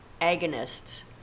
agonists